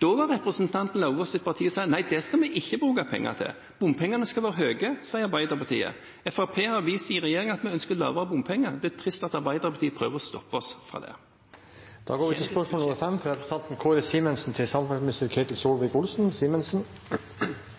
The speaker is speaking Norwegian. Da sa representanten Lauvås’ parti at det skal vi ikke bruke penger til. Bompengetakstene skal være høye, sier Arbeiderpartiet. Fremskrittspartiet har vist i regjering at vi ønsker lavere bompengetakster. Det er trist at Arbeiderpartiet prøver å stoppe oss. «Jeg registrerer at statsråden har valgt å se helt bort fra